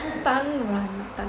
当然